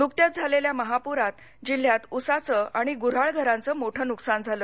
नुकत्याच झालेल्या महापुरात जिल्ह्यात उसाचं आणि गुन्हाळ घरांचं मोठे नुकसान झालं